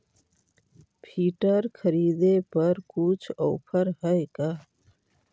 Filter खरिदे पर कुछ औफर है का?